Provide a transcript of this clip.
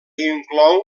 inclou